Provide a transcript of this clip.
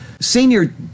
Senior